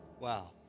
Wow